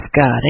God